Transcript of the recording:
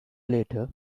later